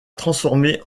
transformer